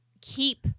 keep